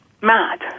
mad